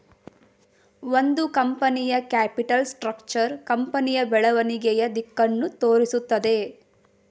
ಒಂದು ಕಂಪನಿಯ capital structure ಕಂಪನಿಯ ಬೆಳವಣಿಗೆಯ ದಿಕ್ಕನ್ನು ತೋರಿಸುತ್ತದೆ